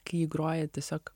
kai ji groja tiesiog